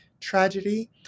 tragedy